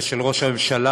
ושל ראש הממשלה,